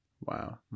Wow